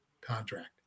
contract